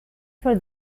for